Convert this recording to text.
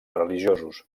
religiosos